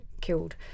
killed